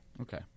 Okay